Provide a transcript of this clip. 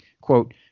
quote